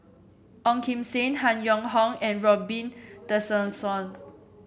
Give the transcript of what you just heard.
Ong Kim Seng Han Yong Hong and Robin Tessensohn